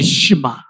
shima